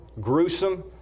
gruesome